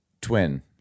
twin